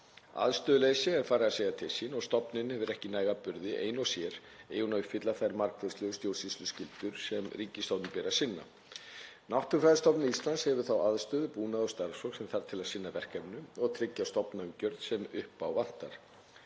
Aðstöðuleysi er farið að segja til sín og stofnunin hefur ekki næga burði ein og sér eigi hún að uppfylla þær margvíslegu stjórnsýsluskyldur sem ríkisstofnunum ber að sinna. Náttúrufræðistofnun Íslands hefur þá aðstöðu, búnað og starfsfólk sem þarf til að sinna verkefninu og tryggja stofnanaumgjörð sem upp á vantar.